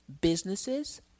businesses